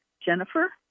Jennifer